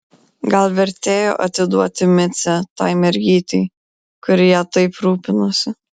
gal vertėjo atiduoti micę tai mergytei kuri ja taip rūpinosi